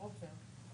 עופר.